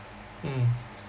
mm